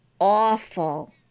awful